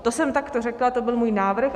To jsem takto řekla, to byl můj návrh.